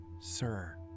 sir